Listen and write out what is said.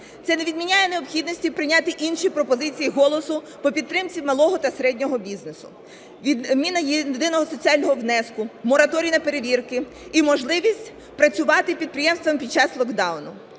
Це не відміняє необхідності прийняти інші пропозиції "Голосу" по підтримці малого та середнього бізнесу: відміна єдиного соціального внеску, мораторій на перевірки і можливість працювати підприємствам під час локдауну.